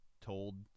told